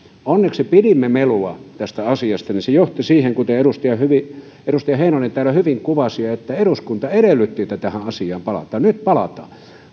onneksi pidimme melua tästä asiasta se johti siihen kuten edustaja heinonen täällä hyvin kuvasi että eduskunta edellytti että tähän asiaan palataan nyt palataan